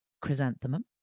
chrysanthemum